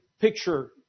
picture